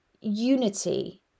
unity